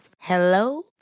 Hello